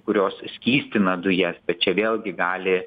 kurios skystina dujas bet čia vėlgi gali